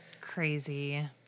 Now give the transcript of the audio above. crazy